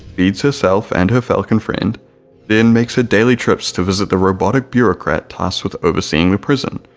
feeds herself and her falcon friend then makes her daily trips to visit the robotic bureaucrat tasked with overseeing the prison,